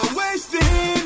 wasting